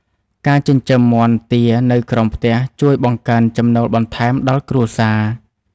ការចិញ្ចឹមមាន់ទានៅក្រោមផ្ទះ ជួយបង្កើនចំណូលបន្ថែមដល់គ្រួសារ។